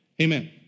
Amen